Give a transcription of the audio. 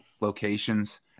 locations